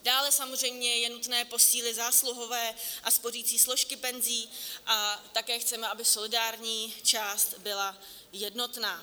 Dále samozřejmě je nutné posílit zásluhové a spořicí složky penzí a také chceme, aby solidární část byla jednotná.